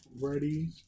Ready